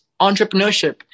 entrepreneurship